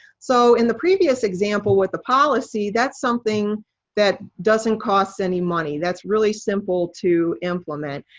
so in the previous example with the policy, that's something that doesn't cost any money. that's really simple to implement.